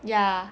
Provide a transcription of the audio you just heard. ya